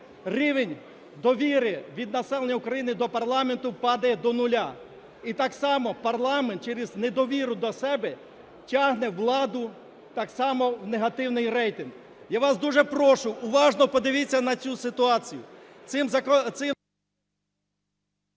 рівень довіри від населення України до парламенту падає до нуля і так само парламент через недовіру до себе тягне владу так само в негативний рейтинг. Я вас дуже прошу уважно подивіться на цю ситуацію.